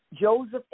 Joseph